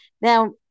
Now